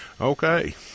Okay